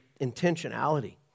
intentionality